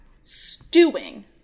stewing